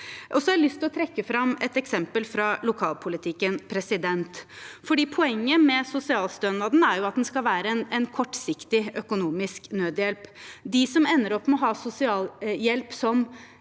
til å trekke fram et eksempel fra lokalpolitikken. Poenget med sosialstønaden er at den skal være en kortsiktig økonomisk nødhjelp. De som ender opp med å ha sosialhjelp som